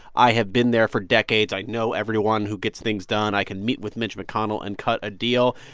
i have been there for decades. i know everyone who gets things done. i can meet with mitch mcconnell and cut a deal.